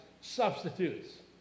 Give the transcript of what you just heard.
substitutes